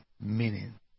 meaning